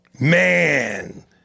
Man